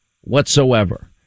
whatsoever